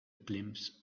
glimpse